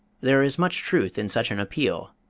there is much truth in such an appeal,